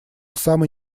самый